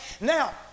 Now